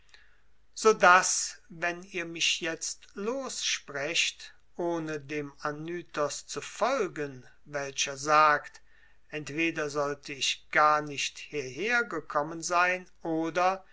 so daß wenn ihr mich jetzt lossprecht ohne dem anytos zu folgen welcher sagt entweder sollte ich gar nicht hierher gekommen sein oder